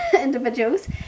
individuals